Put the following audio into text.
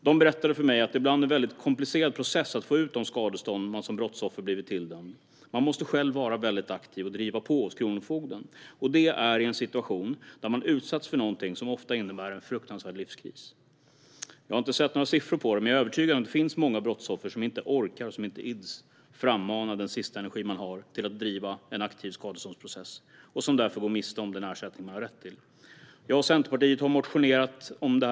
De berättade för mig att det ibland är en komplicerad process att få ut de skadestånd man blivit tilldömd som brottsoffer. Man måste själv vara aktiv och driva på hos kronofogden. Och det ska man göra när man har utsatts för något som ofta innebär en fruktansvärd livskris. Jag har inte sett några siffor på det, men jag är övertygad om att det finns många brottsoffer som inte orkar, som inte ids, frammana den sista energi de har till att driva en skadeståndsprocess. Därför går de miste om den ersättning som de har rätt till. Jag och Centerpartiet har motionerat om detta.